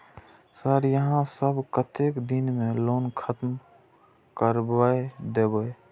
Sir यहाँ सब कतेक दिन में लोन खत्म करबाए देबे?